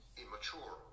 immature